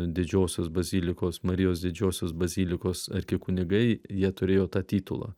didžiosios bazilikos marijos didžiosios bazilikos arkikunigai jie turėjo tą titulą